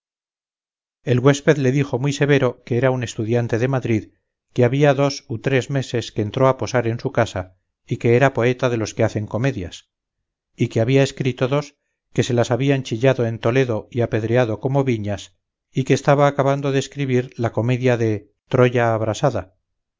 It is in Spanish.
el güésped le dijo muy severo que era un estudiante de madrid que había dos u tres meses que entró a posar en su casa y que era poeta de los que hacen comedias y que había escrito dos que se las habían chillado en toledo y apedreado como viñas y que estaba acabando de escribir la comedia de troya abrasada